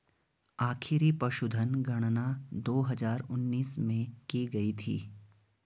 आखिरी पशुधन गणना दो हजार उन्नीस में की गयी थी